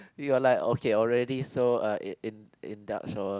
you are like okay already so uh in in in Dutch or